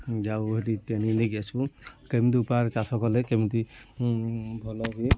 ଯାଉ ସେଇଠି ଟ୍ରେନିଙ୍ଗ୍ ନେଇକି ଆସିବୁ କେମିତି ଉପାୟରେ ଚାଷ କଲେ କେମିତି ଭଲ ହୁଏ